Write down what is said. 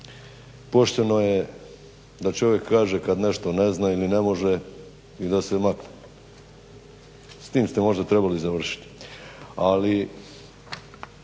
pošteno je da čovjek kaže kad nešto ne zna ili ne može i da se makne. S tim ste možda trebali završiti.